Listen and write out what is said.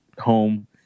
home